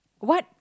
what